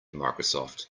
microsoft